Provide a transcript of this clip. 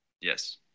Yes